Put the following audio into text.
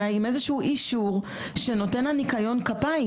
עם איזשהו אישור שנותן לה ניקיון כפיים.